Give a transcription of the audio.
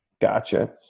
Gotcha